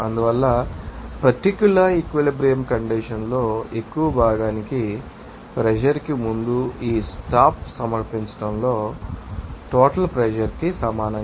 అందువల్ల particular equilibrium condition లో ఎక్కువ భాగానికి ప్రెషర్ కి ముందు ఈ స్టాప్ సమర్పించడం టోటల్ ప్రెషర్ ానికి సమానం